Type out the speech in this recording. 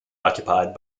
occupied